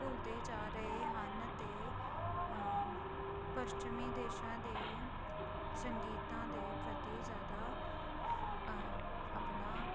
ਭੁੱਲਦੇ ਜਾ ਰਹੇ ਹਨ ਅਤੇ ਪੱਛਮੀ ਦੇਸ਼ਾਂ ਦੇ ਸੰਗੀਤਾਂ ਦੇ ਪ੍ਰਤੀ ਜ਼ਿਆਦਾ ਆਪਣਾ